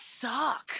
suck